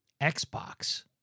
Xbox